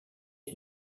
est